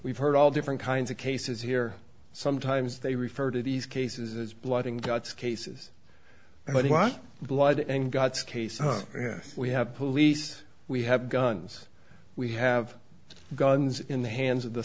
we've heard all different kinds of cases here sometimes they refer to these cases as blood and guts cases blood and guts cases we have police we have guns we have guns in the hands of the